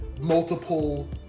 multiple